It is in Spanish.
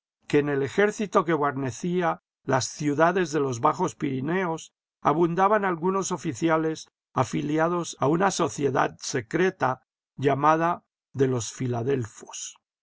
que en el ejército que guarnecía las ciudades de los bajos pirineos abundaban algunos oficiales afiliados a una sociedad secreta llamada de los filadelfos